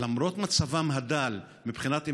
למרות מצבן הדל מבחינת אמצעים,